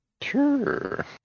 Sure